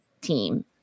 team